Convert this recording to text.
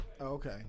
Okay